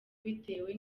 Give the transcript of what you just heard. bitewe